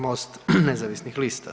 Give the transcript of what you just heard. MOST nezavisnih lista.